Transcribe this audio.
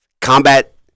combat